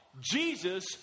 Jesus